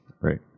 right